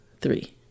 three